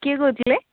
କିଏ କହୁଥିଲେ